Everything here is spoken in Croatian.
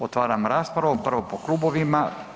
Otvaram raspravu prvo po klubovima.